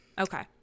okay